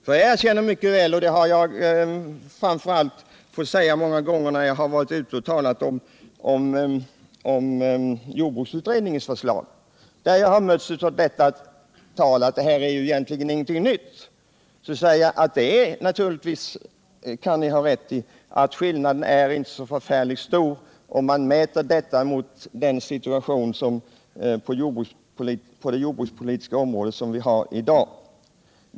Jag erkänner gärna att jag — när jag varit ute och diskuterat jordbruksutredningens förslag och mötts av talet om att detta inte är någonting nytt — många gånger fått säga: Ni har rätt i att skillnaden inte är så förfärligt stor om man jämför förslaget med den situation på det jordbrukspolitiska området som vi har i dag.